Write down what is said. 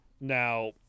Now